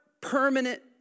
permanent